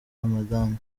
ramadhan